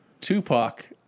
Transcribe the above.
Tupac